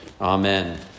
Amen